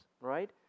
right